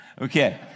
Okay